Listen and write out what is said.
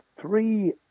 three